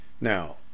Now